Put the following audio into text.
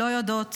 שלא יודעות